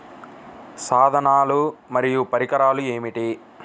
సాధనాలు మరియు పరికరాలు ఏమిటీ?